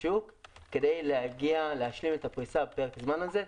השוק כדי להשלים את הפריסה בפרק הזמן זה?